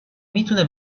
میتونه